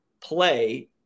play